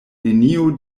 neniu